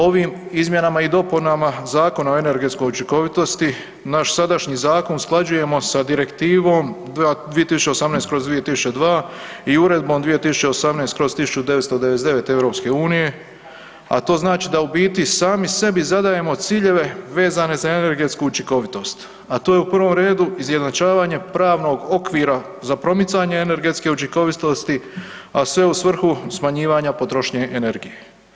Ovim izmjenama i dopunama Zakona o energetskoj učinkovitosti naš sadašnji zakon usklađujemo sa Direktivom 2018/2002 i Uredbom 2018/1999 EU, a to znači da u biti sami sebi zadajemo ciljeve vezane za energetsku učinkovitost, a to je u prvom redu izjednačavanje pravnog okvira za promicanje energetske učinkovitosti, a sve u svrhu smanjivanja potrošnje energije.